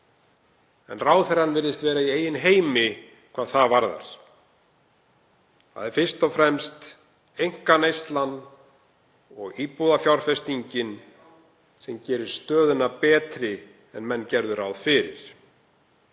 en ráðherrann virðist vera í eigin heimi hvað það varðar. Það er fyrst og fremst einkaneyslan og íbúðafjárfestingin sem gerir stöðuna betri en menn gerðu ráð fyrir.